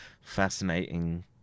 fascinating